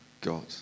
God